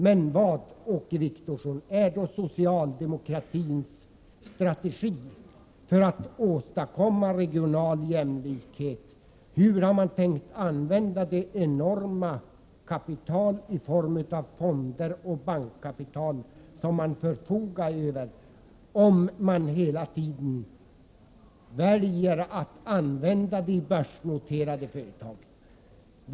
Men vad, Åke Wictorsson, är då socialdemokratins strategi för att åstadkomma regional jämlikhet? Hur har man tänkt använda det enorma kapital i form av fonder och bankkapital som man förfogar över, om man hela tiden väljer att använda det i börsnoterade företag?